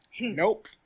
nope